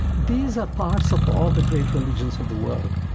these are parts of all the great religions of the world.